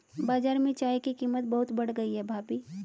बाजार में चाय की कीमत बहुत बढ़ गई है भाभी